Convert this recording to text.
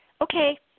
okay